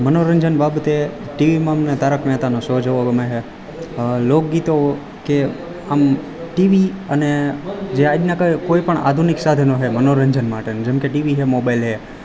મનોરંજન બાબતે ટીવીમાં અમને તારક મહેતાનો શો જોવો ગમે છે લોકગીતો કે આમ ટીવી અને જે આજના કોઈ પણ આધુનિક સાધનો છે મનોરંજન માટેના જેમકે ટીવી છે મોબાઈલ છે